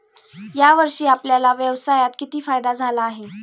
या वर्षी आपल्याला व्यवसायात किती फायदा झाला आहे?